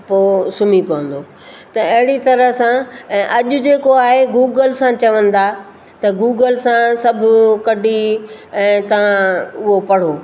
पोइ सुम्ही पवंदो त अहिड़ी तरह सां ऐं अॼु जेको आहे गूगल सां चवंदा त गूगल सां सभु कढी ऐं तव्हां उहो पढ़ो